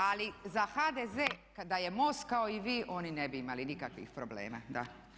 Ali za HDZ, da je MOST kao i vi oni ne bi imali nikakvih problema, da.